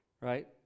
Right